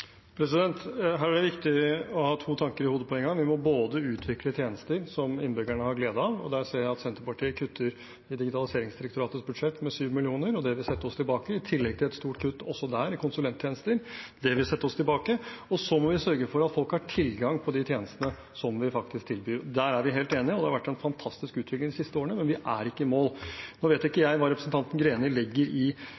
Her er det viktig å ha to tanker i hodet på en gang. Vi må utvikle tjenester som innbyggerne har glede av, og der ser jeg at Senterpartiet kutter i Digitaliseringsdirektoratets budsjett med 7 mill. kr, og det vil sette oss tilbake, i tillegg til et stort kutt – også der – i konsulenttjenester, som også vil sette oss tilbake. Og så må vi sørge for at folk har tilgang på de tjenestene som vi faktisk tilbyr. Der er vi helt enige. Det har vært en fantastisk utvikling de siste årene, men vi er ikke i mål. Nå vet ikke jeg